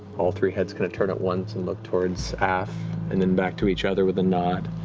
all three heads going to turn at once and look towards af and then back to each other with a nod.